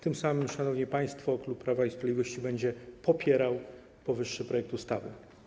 Tym samym, szanowni państwo, klub Prawa i Sprawiedliwości będzie popierał ten projekt ustawy.